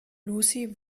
lucy